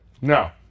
No